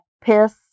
piss